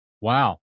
Wow